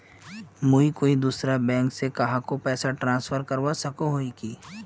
मुई कोई दूसरा बैंक से कहाको पैसा ट्रांसफर करवा सको ही कि?